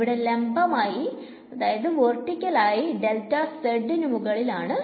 ഇവിടെ ലംബമായി നു മുകളിലും ആണ്